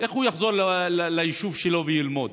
איך הוא יחזור ליישוב שלו וילמד?